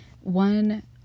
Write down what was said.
one